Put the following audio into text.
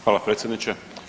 Hvala predsjedniče.